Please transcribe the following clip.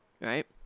right